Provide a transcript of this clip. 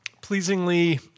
pleasingly